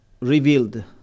revealed